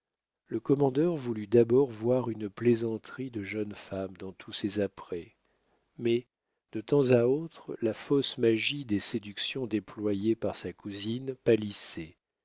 le commandeur voulut d'abord voir une plaisanterie de jeune femme dans tous ces apprêts mais de temps à autre la fausse magie des séductions déployées par sa cousine pâlissait